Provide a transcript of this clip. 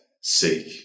seek